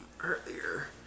earlier